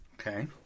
okay